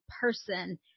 person